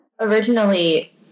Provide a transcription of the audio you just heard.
originally